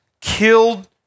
killed